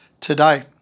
today